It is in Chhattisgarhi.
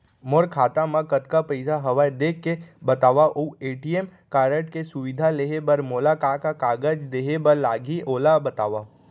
मोर खाता मा कतका पइसा हवये देख के बतावव अऊ ए.टी.एम कारड के सुविधा लेहे बर मोला का का कागज देहे बर लागही ओला बतावव?